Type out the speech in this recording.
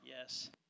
Yes